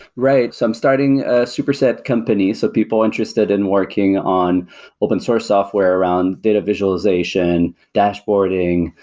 right. so i'm starting a superset company. so people interested in working on open source software around data visualization, dashboarding,